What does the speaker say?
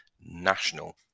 national